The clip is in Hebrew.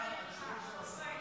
ההצעה